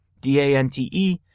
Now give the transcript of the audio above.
D-A-N-T-E